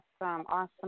Awesome